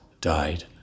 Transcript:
died